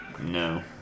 No